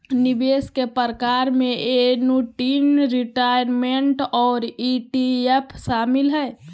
निवेश के प्रकार में एन्नुटीज, रिटायरमेंट और ई.टी.एफ शामिल हय